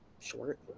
short